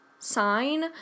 sign